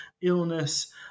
illness